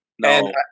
No